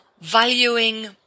valuing